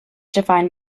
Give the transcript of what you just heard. defined